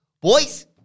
boys